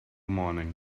morning